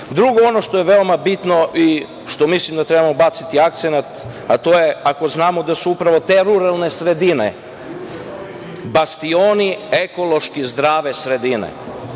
ono što je veoma bitno i što mislim da trebamo baciti akcenat, a to je ako znamo da su upravo te ruralne sredine bastioni ekološki zdrave sredine